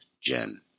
Jen